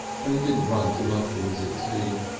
and it didn't run to muffins at tea.